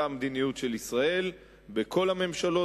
היתה המדיניות של ישראל בכל הממשלות,